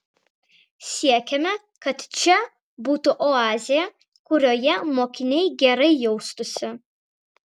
siekiame kad čia būtų oazė kurioje mokiniai gerai jaustųsi